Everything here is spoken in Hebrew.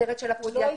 הוא לא הסתדר.